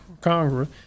Congress